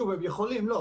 לא,